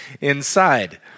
inside